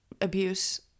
abuse